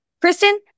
Kristen